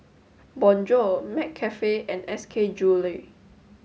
Bonjour McCafe and S K Jewellery